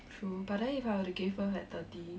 true but then if I were to give birth at thirty